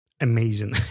amazing